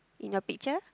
in your picture